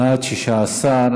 להעביר את הנושא לוועדת החינוך,